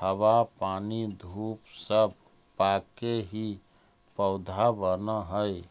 हवा पानी धूप सब पाके ही पौधा बनऽ हइ